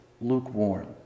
lukewarm